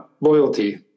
Loyalty